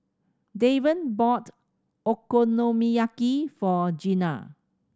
Devan bought Okonomiyaki for Gena